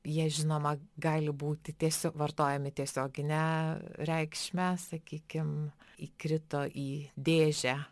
jie žinoma gali būti tiesio vartojami tiesiogine reikšme sakykim įkrito į dėžę